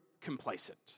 complacent